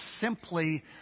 simply